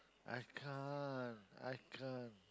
I can't I can't